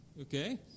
okay